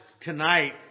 tonight